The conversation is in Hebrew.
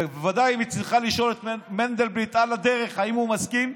ובוודאי אם היא צריכה לשאול את מנדלבליט על הדרך אם הוא מסכים,